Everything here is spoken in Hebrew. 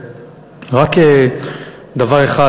רק דבר אחד,